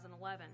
2011